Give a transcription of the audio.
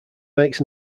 makes